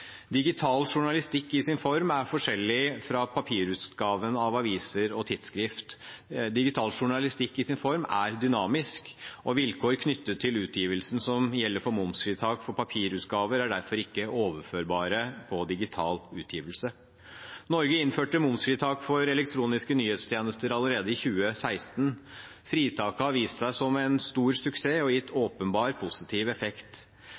Digital journalistikk er i sin form forskjellig fra papirutgaven av aviser og tidsskrift. Digital journalistikk er i sin form dynamisk, og vilkår knyttet til utgivelsen, som gjelder for momsfritak for papirutgaver, er derfor ikke overførbare på digital utgivelse. Norge innførte momsfritak for elektroniske nyhetstjenester allerede i 2016. Fritaket har vist seg som en stor suksess og gitt åpenbar positiv effekt.